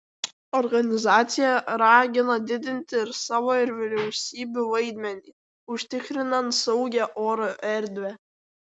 organizacija ragina didinti ir savo ir vyriausybių vaidmenį užtikrinant saugią oro erdvę